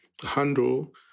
handle